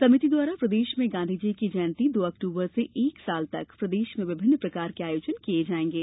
समिति द्वारा प्रदेश में गांधीजी की जयंती दो अक्टूबर से एक वर्ष तक प्रदेश में विभिन्न प्रकार के आयोजन किए जाएंगे